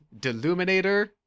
Deluminator